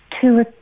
two